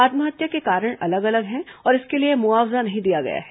आत्महत्या के कारण अलग अलग हैं और इसके लिए मुआवजा नहीं दिया गया है